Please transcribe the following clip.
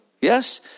Yes